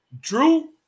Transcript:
Drew